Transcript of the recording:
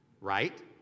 right